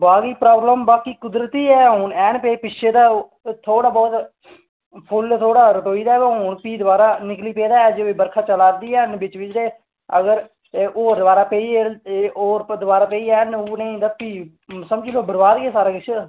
बाग दी प्राब्लम बाकी कुदरती ऐ हून ऐह्न पेई पिच्छें ता ओ थोह्ड़ा बौह्त फुल्ल थोह्ड़ा रटोई गेदा ऐ पर हून भी दबारा निकली पेदा ऐ अजें बरखा चला दी ऐ बिच्च बिच्च ते अगर होर दबारा पेई ऐ होर पर दबारा पेई ऐन उ'ऐ नेही ते भी समझी लाओ बर्बाद गै सारा किश